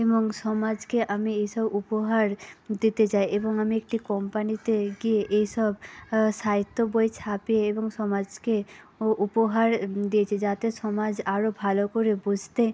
এবং সমাজকে আমি এইসব উপহার দিতে চাই এবং আমি একটি কোম্পানিতে গিয়ে এই সব সাহিত্য বই ছাপিয়ে এবং সমাজকে ও উপহার দিয়েছি যাতে সমাজ আরো ভালো করে বুঝতে